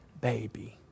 baby